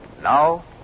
Now